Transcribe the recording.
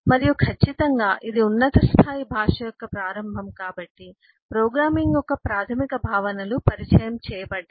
మరియు ఖచ్చితంగా ఇది ఉన్నత స్థాయి భాష యొక్క ప్రారంభం కాబట్టి ప్రోగ్రామింగ్ యొక్క ప్రాథమిక భావనలు పరిచయం చేయబడ్డాయి